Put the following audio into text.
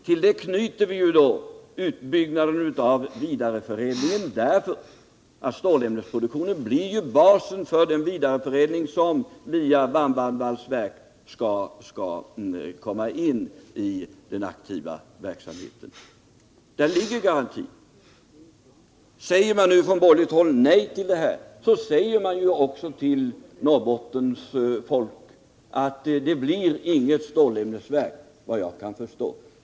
Till det knyter vi då utbyggnaden av vidareförädlingen därför att stålämnesproduktionen blir basen för den vidareförädling som via varmbandvalsverk skall komma in i den aktiva verksamheten. Där ligger garantin! Säger man nu från borgerligt håll nej till detta säger man, vad jag kan förstå, också till Norrbottens folk: Det blir inget stålämnesverk.